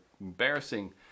embarrassing